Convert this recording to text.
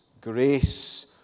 Grace